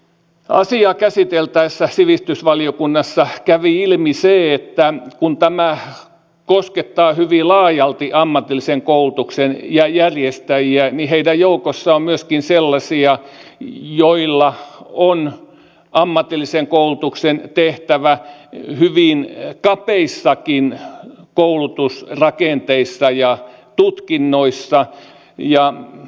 asiaa käsiteltäessä sivistysvaliokunnassa kävi ilmi se että kun tämä koskettaa hyvin laajalti ammatillisen koulutuksen järjestäjiä niin heidän joukossaan on myöskin sellaisia joilla on ammatillisen koulutuksen tehtävä hyvin kapeissakin koulutusrakenteissa ja tutkinnoissa